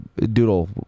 Doodle